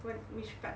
what which part